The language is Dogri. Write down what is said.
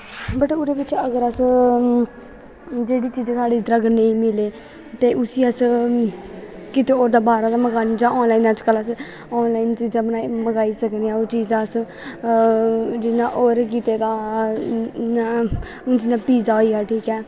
बट ओह्दे बिच्च अगर अस जेह्ड़ी चीज़ साढ़े अगर इध्दर नेंई मिलै ते उसी अस कितै ओह्दे बाह्रा दा मंगवाने दां ऑनलाईन अज्ज कल अस मंगाई सकनें आं ओह् चीजां अस जियां होर किते दा जियां पीज़ा होईया ठीक ऐ